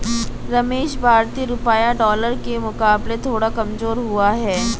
रमेश भारतीय रुपया डॉलर के मुकाबले थोड़ा कमजोर हुआ है